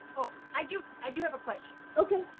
oh, i do i do have a question. okay.